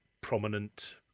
prominent